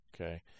Okay